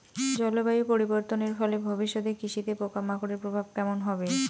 জলবায়ু পরিবর্তনের ফলে ভবিষ্যতে কৃষিতে পোকামাকড়ের প্রভাব কেমন হবে?